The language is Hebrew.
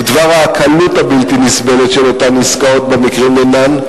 בדבר הקלות הבלתי-נסבלת של אותן עסקאות במקרים דנן,